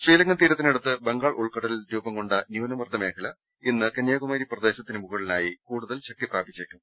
ശ്രീലങ്കൻ തീര ത്തിനടുത്ത് ബംഗാൾ ഉൾക്കടലിൽ രൂപംകൊണ്ട ന്യൂനർദ്ദ മേഖല ഇന്ന് കന്യാകുമാരി പ്രദേശത്തിന് മുകളിലായി കൂടുതൽ ശക്തി പ്രാപിച്ചേക്കും